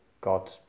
God